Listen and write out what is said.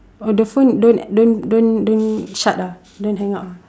or the phone don't don't don't don't shut ah don't hang up ah